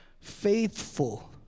faithful